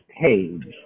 page